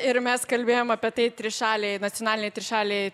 ir mes kalbėjom apie tai trišalėj nacionalinėj trišalėj